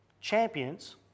champions